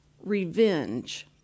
revenge